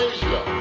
Asia